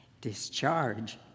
discharge